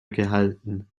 gehalten